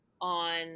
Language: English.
on